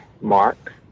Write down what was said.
Mark